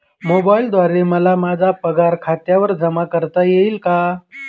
मोबाईलद्वारे मला माझा पगार खात्यावर जमा करता येईल का?